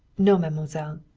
no, mademoiselle.